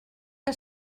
que